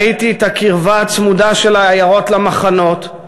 ראיתי את הקרבה הצמודה של העיירות למחנות,